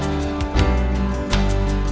and